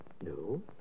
No